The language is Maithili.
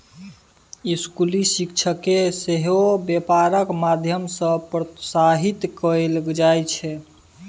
स्कूली शिक्षाकेँ सेहो बेपारक माध्यम सँ प्रोत्साहित कएल जाइत छै